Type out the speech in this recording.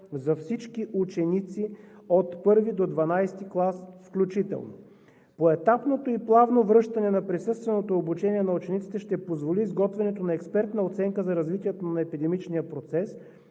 за всички ученици от I до XII клас включително. Поетапното и плавно връщане на присъственото обучение на учениците ще позволи изготвянето на експертна оценка за развитието на епидемичния процес